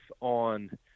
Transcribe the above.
on